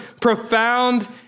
profound